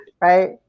right